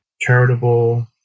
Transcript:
charitable